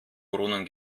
brunnen